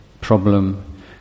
problem